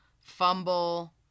Fumble